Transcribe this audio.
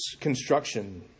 construction